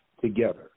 together